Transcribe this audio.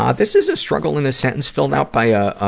um this is a struggle in a sentence filled out by a, a,